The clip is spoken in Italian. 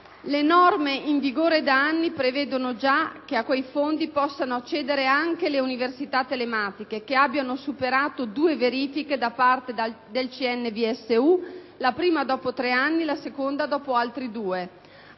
Le norme in vigore da anni prevedono già che a quei fondi possano accedere anche le università telematiche che abbiano superato due verifiche da parte del CNVSU, la prima dopo tre anni, la seconda dopo altri due.